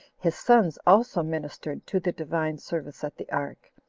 his sons also ministered to the divine service at the ark,